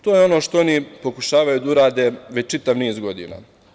To je ono što oni pokušavaju da urade već čitav niz godina.